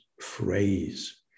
phrase